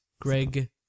Greg